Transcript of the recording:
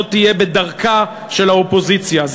לא תהיה בדרכה של האופוזיציה,